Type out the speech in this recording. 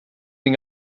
den